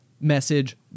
message